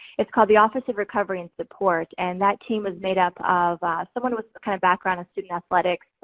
it's called the office of recovery and support. and that team is made up of someone with a kind of background in student athletics,